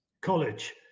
college